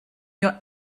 your